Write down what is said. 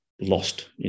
lost